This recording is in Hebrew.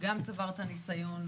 גם צבר את הניסיון.